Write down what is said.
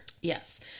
Yes